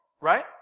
right